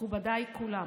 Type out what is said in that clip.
מכובדיי כולם,